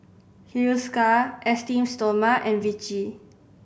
Hiruscar Esteem Stoma and Vichy